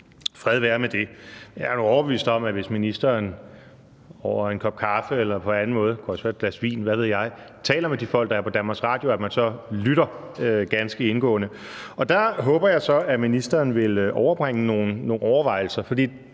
Fred være med det. Jeg er nu overbevist om, at hvis ministeren over en kop kaffe eller på anden måde – det kunne også være over et glas vin, eller hvad ved jeg – taler med de folk, der er på DR, lytter de ganske indgående. Der håber jeg så, at ministeren vil overbringe nogle overvejelser, for